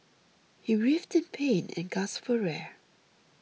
he writhed in pain and gasped for air